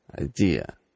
idea